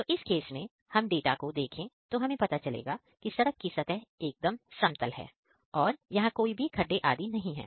तो इस केस में हम डाटा को देखें तो हमें पता चलेगा कि सड़क की सतह एकदम समतल है और यहां कोई भी खड्डे आदि नहीं है